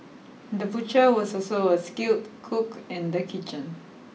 the butcher was also a skilled cook in the kitchen